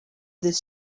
this